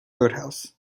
roadhouse